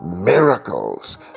Miracles